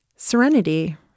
Serenity